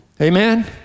Amen